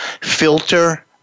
filter